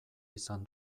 izan